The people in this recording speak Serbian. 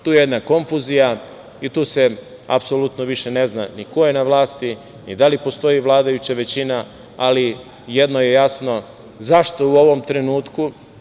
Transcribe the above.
Tu je jedna konfuzija i tu se apsolutno više ne zna ni ko je na vlasti, ni da li postoji vladajuća većina, ali jedno je jasno zašto u ovom trenutku…